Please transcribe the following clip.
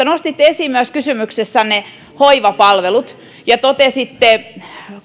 nostitte esiin kysymyksessänne myös hoivapalvelut ja totesitte